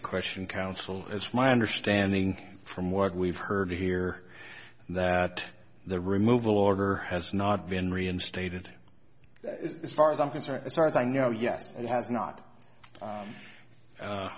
a question counsel it's my understanding from what we've heard here that the removal order has not been reinstated it's far as i'm concerned as far as i know yes and has not